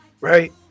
Right